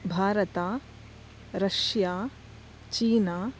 Bharat Russia China